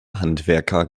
handwerker